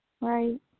Right